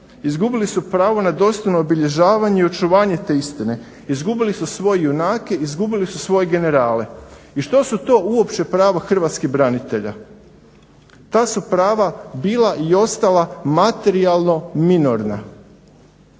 izgubili su pravo na dostojno obilježavanje i očuvanje te istine, izgubili su svoje junake, izgubili su svoje generale. I što su to uopće prava hrvatskih branitelja? Ta su prava bila i ostala materijalno minorna